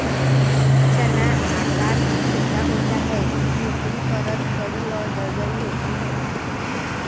चना आकार में छोटा होता है जिसकी ऊपरी परत कड़ी और दरदरी होती है